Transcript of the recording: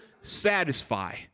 satisfy